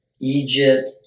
Egypt